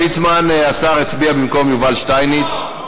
השר ליצמן הצביע במקום יובל שטייניץ.